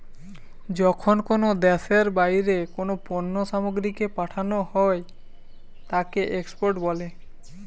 যখন কোনো দ্যাশের বাহিরে কোনো পণ্য সামগ্রীকে পাঠানো হই তাকে এক্সপোর্ট বলে